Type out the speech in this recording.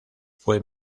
fue